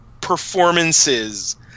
performances